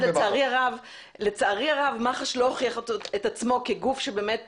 לצערי הרב מח"ש לא הוכיח את עצמו כגוף שבאמת